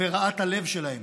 ורעת הלב שלהם.